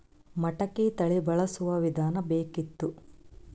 ಮಟಕಿ ತಳಿ ಬಳಸುವ ವಿಧಾನ ಬೇಕಿತ್ತು?